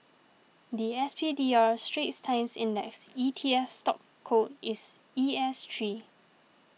the S P D R Straits Times Index E T F stock code is E S three